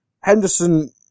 Henderson